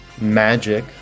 magic